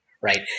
Right